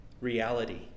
reality